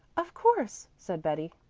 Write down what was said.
of course, said betty,